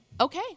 okay